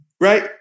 right